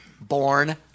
born